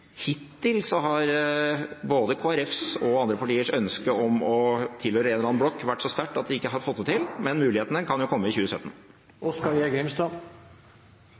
Hittil har både Kristelig Folkepartis og andre partiers ønske om å tilhøre en eller annen blokk vært så sterkt at vi ikke har fått det til, men mulighetene kan jo komme i 2017.